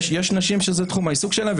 יש נשים שזה תחום העיסוק שלהן,